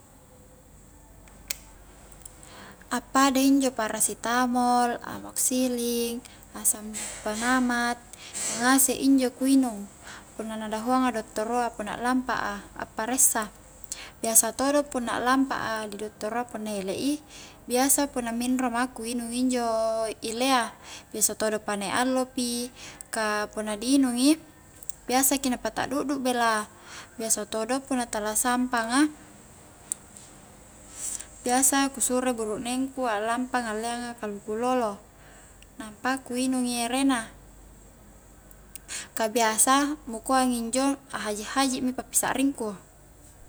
Appada injo parasitamol, amoxiling, asampenamat iyan ngasek injo ku inung punna na dahuanga dottoroa punna aklampa a paressa biasa todo punna lampa a di dottoroa punna elek i biasa punna minro ma ku inung injo ilea biasa todo' panaik allo pi ka punna di inung i biasa ki na pa taddudu bela, biasa todo punna tala sampanga biasa ku suro buruknengku aklampa ngalleanga kaluku lolo nampa ku inungi ere na ka biasa mukoang injo a haji-haji mi pa'pisakringku